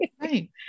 right